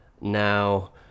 Now